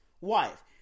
wife